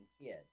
kid